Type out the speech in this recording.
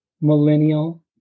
millennial